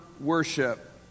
worship